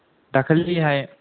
दाखालिहाय